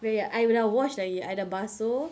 ya ya I dah wash lagi I dah basuh